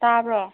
ꯇꯥꯔꯕꯣ